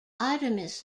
artemis